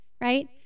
right